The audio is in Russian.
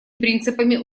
принципами